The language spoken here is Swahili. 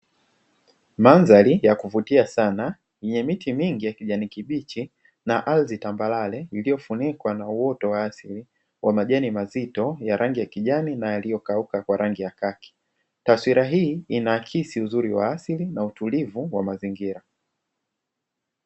Mandhari ya kuvutia sana yenye miti mingi ya kijani kibichi na ardhi tambarare, iliyofunikwa na uoto wa asili wa majani mazito ya rangi ya kijani na yaliyokauka kwa rangi ya kaki, taswira hii inaakisi uzuri wa asili na utulivu wa mazingira.